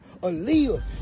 Aaliyah